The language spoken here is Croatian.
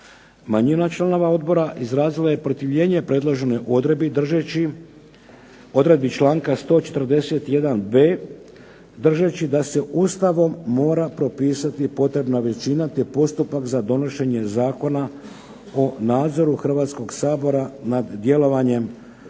Manjina članova odbora izrazila je protivljenje predloženoj odredbi držeći odredbi članka 141.b držeći da se Ustavom mora propisati potrebna većina, te postupak za donošenje zakona o nadzoru Hrvatskog sabora nad djelovanjem Vlade